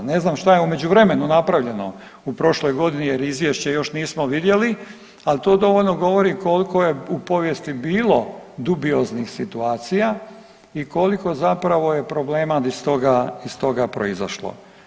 Ne znam šta je u međuvremenu napravljeno u prošloj godini, jer izvješće još nismo vidjeli, ali to dovoljno govori koliko je u povijesti bilo dubioznih situacija i koliko zapravo je problema iz toga proizašlo.